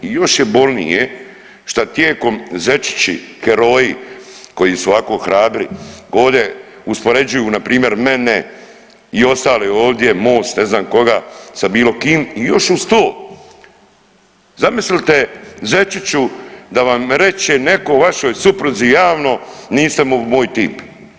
I još je bolnije šta tijekom zečići heroji koji su ovako hrabri ovdje uspoređuju npr. mene i ostale ovdje, Most i ne znam koga sa bilo kim i još uz to zamislite zečiću da vam reče neko vašoj supruzi javno niste moj tip.